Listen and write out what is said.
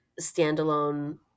standalone